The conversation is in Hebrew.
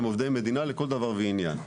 הם עובדי מדינה לכל דבר ועניין,